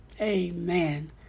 Amen